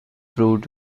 proved